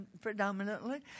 predominantly